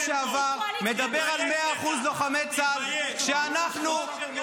החוק שעבר היום מדבר על 100% לוחמי צה"ל כשאנחנו -- תתבייש לך.